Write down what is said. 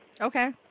Okay